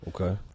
Okay